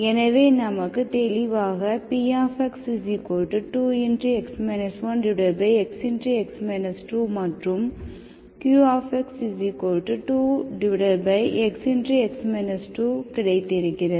எனவே நமக்கு தெளிவாக px2 x qx2x கிடைத்திருக்கிறது